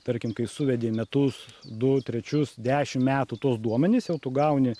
tarkim kai suvedi į metus du trečius dešim metų tuos duomenis jau tu gauni